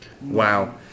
Wow